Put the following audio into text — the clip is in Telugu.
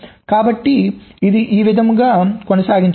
కాబట్టి ఇదే విధముగా కొనసాగవచ్చు